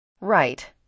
Right